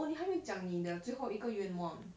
oh 你还没有讲你的最后一个愿望